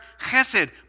chesed